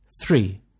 Three